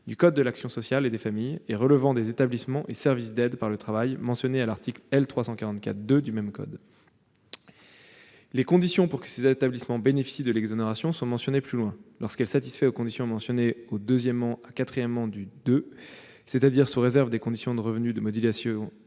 du code de l'action sociale et des familles et relevant des établissements et services d'aide par le travail mentionnés à l'article L. 344-2 du même code ». Les conditions pour que ces établissements bénéficient de l'exonération sont mentionnées plus loin :« Lorsqu'elle satisfait aux conditions mentionnées aux 2° à 4° du II »- c'est-à-dire sous réserve des conditions de revenus, de modulation